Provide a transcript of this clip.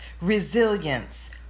resilience